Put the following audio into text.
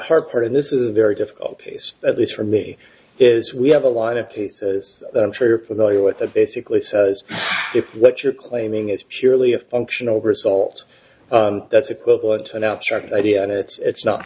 hard part in this is a very difficult case at least for me is we have a lot of cases that i'm sure you're familiar with that basically says if what you're claiming is purely a functional result that's equivalent to an abstract idea and it's